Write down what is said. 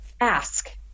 ask